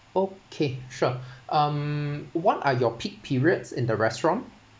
okay sure um what are your peak periods in the restaurant